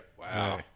Wow